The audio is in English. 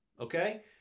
okay